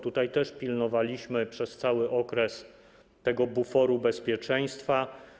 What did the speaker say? Tutaj też pilnowaliśmy przez cały okres buforu bezpieczeństwa.